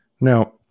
Now